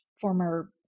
former